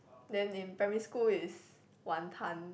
then in primary school is wanton